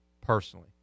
personally